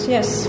Yes